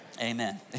amen